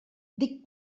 dic